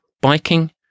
biking